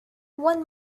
one